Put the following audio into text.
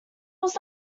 was